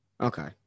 okay